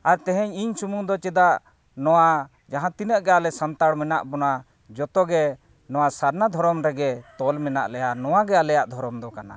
ᱟᱨ ᱛᱮᱦᱮᱧ ᱤᱧ ᱥᱩᱢᱩᱱ ᱫᱚ ᱪᱮᱫᱟᱜ ᱱᱚᱣᱟ ᱡᱟᱦᱟᱸ ᱛᱤᱱᱟᱹᱜ ᱜᱮ ᱟᱞᱮ ᱥᱟᱱᱛᱟᱲ ᱢᱮᱱᱟᱜ ᱵᱚᱱᱟ ᱡᱚᱛᱚᱜᱮ ᱱᱚᱣᱟ ᱥᱟᱨᱱᱟ ᱫᱷᱚᱨᱚᱢ ᱨᱮᱜᱮ ᱛᱚᱞ ᱢᱮᱱᱟᱜ ᱞᱮᱭᱟ ᱱᱚᱣᱟᱜᱮ ᱟᱞᱮᱭᱟᱜ ᱫᱷᱚᱨᱚᱢ ᱫᱚ